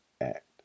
act